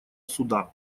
суда